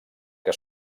que